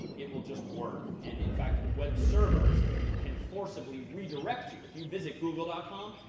and it will just work. and in fact, web servers can forcibly redirect you. if you visit google ah com,